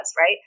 right